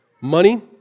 money